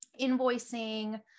invoicing